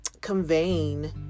conveying